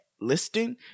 listing